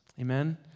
Amen